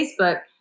Facebook